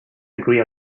agree